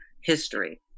history